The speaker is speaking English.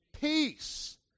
Peace